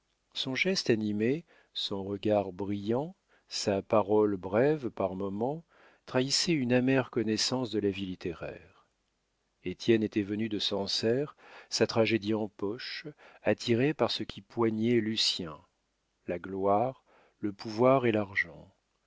son geste animé son regard brillant sa parole brève par moments trahissaient une amère connaissance de la vie littéraire étienne était venu de sancerre sa tragédie en poche attiré par ce qui poignait lucien la gloire le pouvoir et l'argent